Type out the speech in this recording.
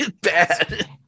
bad